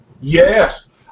Yes